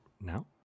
now